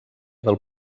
del